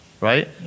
right